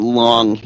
long